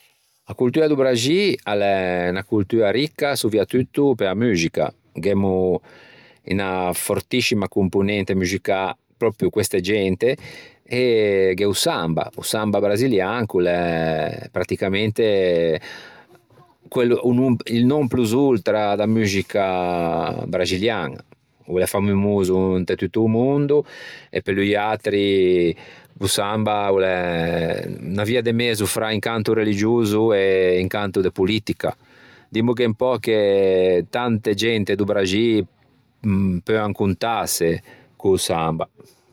A coltua do Braxî a l'é unna coltua ricca soviatutto pe-a muxica, gh'emmo unna fortiscima componente muxicâ pròpio queste gente e gh'é o samba, o samba brasilian ch'o l'é pratticamente quello o non il non plus ultra da muxica braxiliaña. O l'é famoso inte tutto o mondo e pe loiatri o samba o l'é unna via de mezo fra un canto religioso e un canto de politica. Dimmoghe un pö che tante gente do Braxî peuan contâse co-o samba.